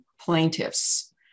plaintiffs